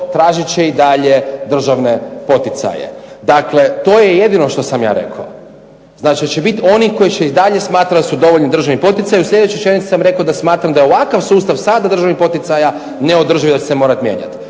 tražit će i dalje državne poticaje. Dakle to je jedino što sam ja rekao. Znači da će biti oni koji će i dalje smatra da su …/Ne razumije se./… poticaj, i u sljedećoj rečenici sam rekao da smatram da ovakav sustav sad državnih poticaja neodrživ, da će se morati mijenjati.